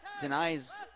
denies